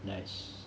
nice